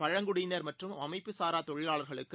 பழங்குடியினர் மற்றும் அமைப்புகாரா சாரா தொழிலாளர்களுக்கு